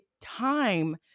time